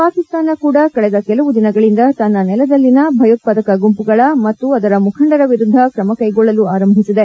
ಪಾಕಿಸ್ತಾನ ಕೂಡ ಕಳೆದ ಕೆಲವು ದಿನಗಳಿಂದ ತನ್ನ ನೆಲದಲ್ಲಿನ ಭಯೋತ್ವಾದಕ ಗುಂಪುಗಳ ಮತ್ತು ಅದರ ಮುಖಂಡರ ವಿರುದ್ದ ಕ್ರಮ ಕೈಗೊಳ್ಳಲು ಆರಂಭಿಸಿದೆ